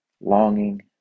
longing